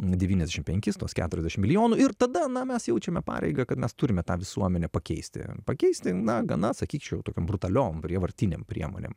devyniasdešimt penkis tuos keturiasdešimt milijonų ir tada na mes jaučiame pareigą kad mes turime tą visuomenę pakeisti pakeisti na gana sakyčiau tokiom brutaliom prievartinėm priemonėm